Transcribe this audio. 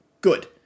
Good